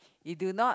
you do not